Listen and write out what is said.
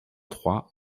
trois